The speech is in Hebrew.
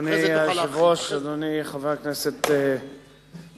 אחרי זה תוכל להרחיב.